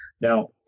Now